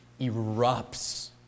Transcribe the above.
erupts